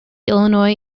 illinois